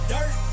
Dirt